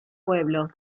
pueblo